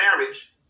marriage